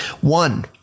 One